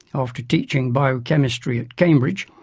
after teaching biochemistry at cambridge,